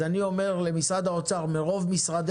אז אני אומר למשרד האוצר: מרוב משרדי